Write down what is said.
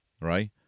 right